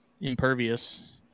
impervious